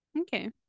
Okay